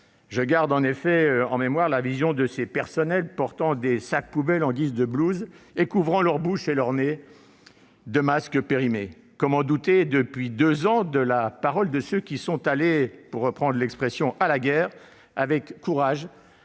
gardons tous en mémoire la vision de ces personnels portant des sacs-poubelle en guise de blouse ou couvrant leur bouche et leur nez de masques périmés. Comment douter depuis deux ans de la parole de ceux qui sont allés « à la guerre », avec courage,